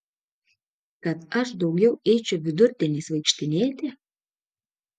kad aš daugiau eičiau vidurdieniais vaikštinėti